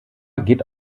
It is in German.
geht